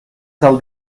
cal